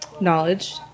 Knowledge